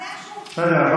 רגע,